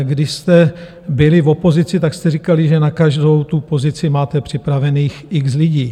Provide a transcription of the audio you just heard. Když jste byli v opozici, tak jste říkali, že na každou tu pozici máte připravených x lidí.